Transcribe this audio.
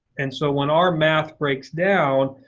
and so when our math breaks down,